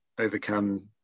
overcome